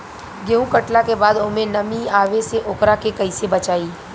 गेंहू कटला के बाद ओमे नमी आवे से ओकरा के कैसे बचाई?